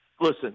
listen